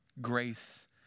Grace